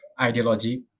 ideology